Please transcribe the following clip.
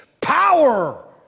power